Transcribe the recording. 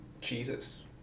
cheeses